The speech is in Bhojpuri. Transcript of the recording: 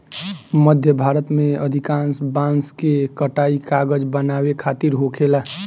मध्य भारत में अधिकांश बांस के कटाई कागज बनावे खातिर होखेला